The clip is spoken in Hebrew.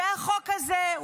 זה החוק הזה.